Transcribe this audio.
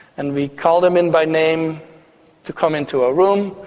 and we call them in by name to come into a room,